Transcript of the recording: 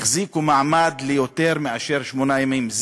החזיקו מעמד יותר משמונה ימים.